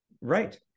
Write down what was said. right